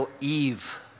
Eve